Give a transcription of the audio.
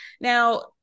now